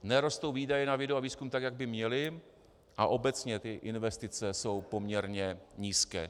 Nerostou výdaje na vědu a výzkum tak, jak by měly, a obecně investice jsou poměrně nízké.